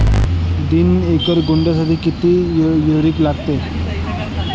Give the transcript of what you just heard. दोन एकर गहूसाठी किती युरिया लागतो?